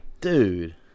dude